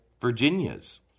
Virginias